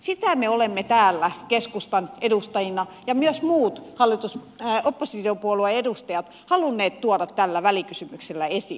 sitä me olemme halunneet täällä keskustan edustajina ja myös muut oppositiopuolueiden edustajat ovat halunneet tuoda tällä välikysymyksellä esiin